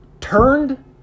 Turned